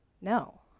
no